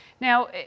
Now